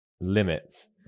limits